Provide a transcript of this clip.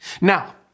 Now